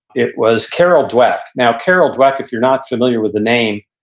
it was carol dweck. now carol dweck, if you're not familiar with the name,